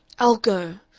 i'll go.